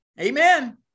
Amen